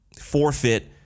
forfeit